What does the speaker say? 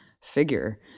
figure